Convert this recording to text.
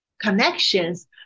connections